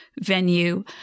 venue